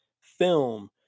film